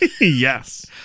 yes